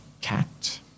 Cat